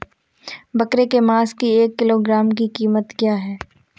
बकरे के मांस की एक किलोग्राम की कीमत क्या है?